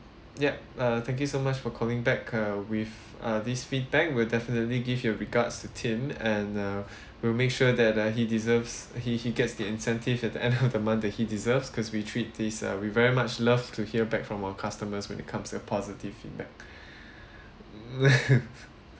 yup uh thank you so much for calling back uh with uh this feedback we'll definitely give your regards to tim and uh we'll make sure that uh he deserves he he gets the incentive at the end of the month that he deserves cause we treat these uh we very much loved to hear back from our customers when it comes to a positive feedback